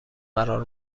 قرار